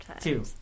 Two